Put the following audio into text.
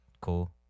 cool